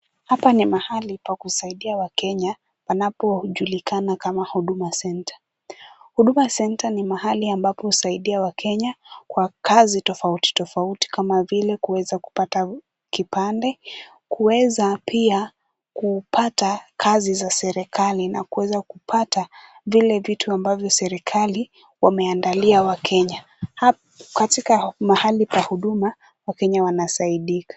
Hapa ni mahali pa kuasaidia wakenya panapojulikana kama huduma senta. Huduma senta ni mahali ambapo husaidia wakenya kwa kazi tofautitofauti kama vile kueza kupata kipande, kuweza pia kupata kazi za serikali na kuweza kupata vile vitu serikali wameandalia wakenya. Katika mahali pa huduma wakenya wanasaidika.